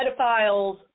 pedophiles